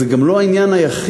זה גם לא העניין היחיד,